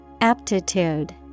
Aptitude